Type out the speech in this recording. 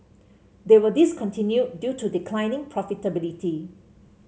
they were discontinued due to declining profitability